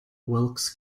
wilkes